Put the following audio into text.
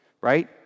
right